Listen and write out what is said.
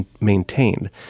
maintained